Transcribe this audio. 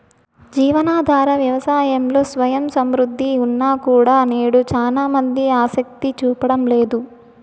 జీవనాధార వ్యవసాయంలో స్వయం సమృద్ధి ఉన్నా కూడా నేడు చానా మంది ఆసక్తి చూపడం లేదు